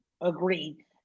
Agreed